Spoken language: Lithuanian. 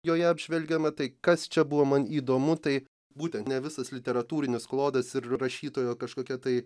joje apžvelgiama tai kas čia buvo man įdomu tai būtent ne visas literatūrinis klodas ir rašytojo kažkokia tai